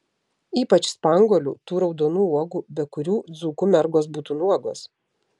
ypač spanguolių tų raudonų uogų be kurių dzūkų mergos būtų nuogos